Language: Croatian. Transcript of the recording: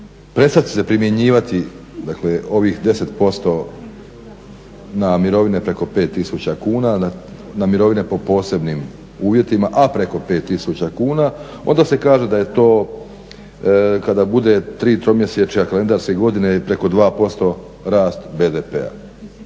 prestati se primjenjivati se dakle ovih 10% na mirovine preko 5000 kuna, na mirovine po posebnim uvjetima, a preko 5000 kuna onda se kaže da je to kada bude tri tromjesečja kalendarske godine preko 2% rast BDP-a.